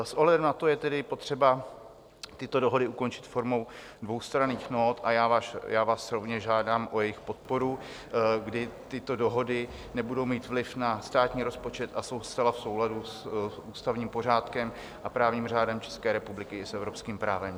S ohledem na to je tedy potřeba tyto dohody ukončit formou dvoustranných nót a já vás rovněž žádám o jejich podporu, kdy tyto dohody nebudou mít vliv na státní rozpočet a jsou zcela v souladu s ústavním pořádkem a právním řádem České republiky i s evropským právem.